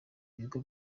ibigo